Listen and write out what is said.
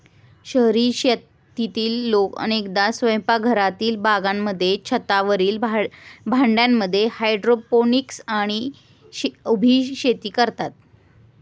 शहरी शेतीत लोक अनेकदा स्वयंपाकघरातील बागांमध्ये, छतावरील भांड्यांमध्ये हायड्रोपोनिक्स आणि उभी शेती करतात